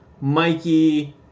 Mikey